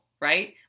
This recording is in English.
right